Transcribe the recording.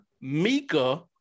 Mika